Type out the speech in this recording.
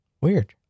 Weird